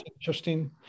interesting